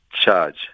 charge